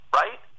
right